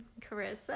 Carissa